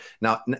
Now